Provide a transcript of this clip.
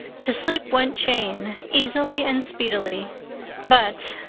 to sleep went jane easily and speedily but,